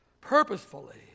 purposefully